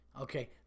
okay